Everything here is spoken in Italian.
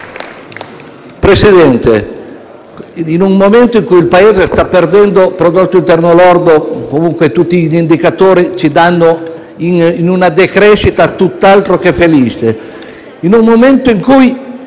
Presidente, in un momento in cui il Paese sta perdendo prodotto interno lordo e tutti gli indicatori danno una decrescita tutt'altro che felice, in un momento in cui